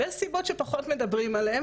ויש סיבות שפחות מדברים עליהן,